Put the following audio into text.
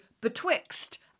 betwixt